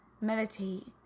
meditate